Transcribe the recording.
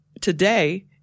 Today